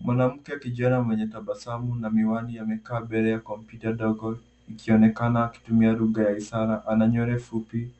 Mwanamke kijana mwenye tabasamu na miwani amekaa mbele ya kompyuta ndogo akionekana kutumia lugha ya ishara. Ana nywele fupi